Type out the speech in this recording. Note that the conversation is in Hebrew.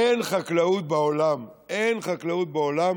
אין חקלאות בעולם, אין חקלאות בעולם